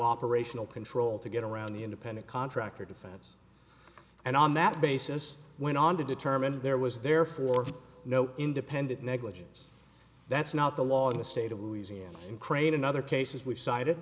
operational control to get around the independent contractor defense and on that basis went on to determine there was therefore no independent negligence that's not the law in the state of louisiana and crane in other cases we